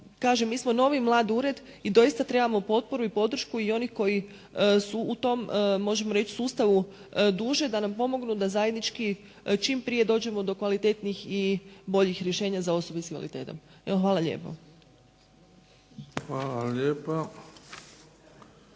mi smo novi mlad ured i doista trebamo potporu i podršku i oni koji su u tom, možemo reći sustavu duže da nam pomognu da zajednički čim prije dođemo do kvalitetnijih i boljih rješenja za osobe s invaliditetom. Evo, hvala lijepo.